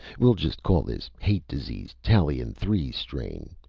we'll just call this hate disease, tallien three strain.